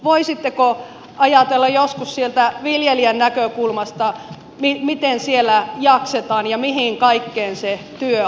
voisitteko ajatella joskus sieltä viljelijän näkökulmasta miten siellä jaksetaan ja mihin kaikkeen se työaika menee